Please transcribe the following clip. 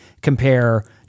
compare